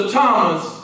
Thomas